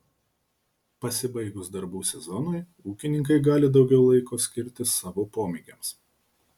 pasibaigus darbų sezonui ūkininkai gali daugiau laiko skirti savo pomėgiams